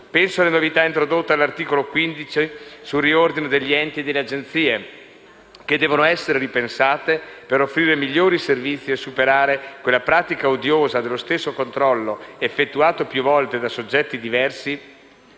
Penso alle novità introdotte all'articolo 15 sul riordino degli enti e delle agenzie, che devono essere ripensate per offrire migliori servizi e superare quella pratica odiosa dello stesso controllo effettuato più volte da soggetti diversi,